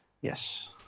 yes